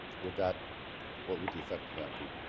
would that what would the effect of that be?